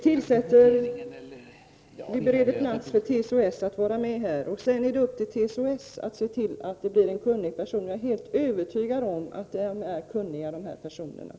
TCO-S bereds nu plats i tjänsteförslagsnämnden, och det är TCO-S som skall se till att det blir en kunnig person. Jag är helt övertygad om att dessa personer är kunniga.